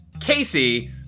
Casey